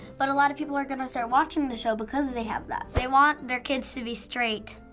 but a lot of people are gonna start watching the show because they have that. they want their kids to be straight,